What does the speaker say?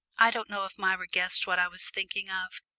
i don't know if myra guessed what i was thinking of,